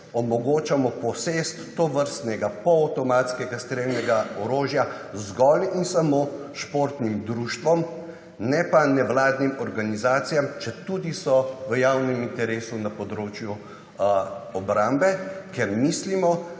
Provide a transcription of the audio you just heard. omogočamo posest tovrstnega polavtomatskega strelnega orožja zgolj in samo športnim društvom ne pa nevladnim organizacijam, četudi so v javnem interesu na področju obrambe, ker mislimo,